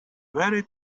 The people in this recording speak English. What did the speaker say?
very